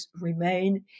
remain